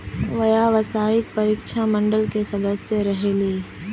व्यावसायिक परीक्षा मंडल के सदस्य रहे ली?